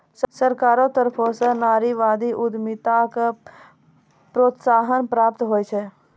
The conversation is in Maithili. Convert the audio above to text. सरकारो तरफो स नारीवादी उद्यमिताक प्रोत्साहन प्राप्त होय छै